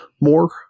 more